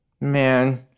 man